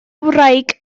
wraig